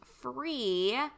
free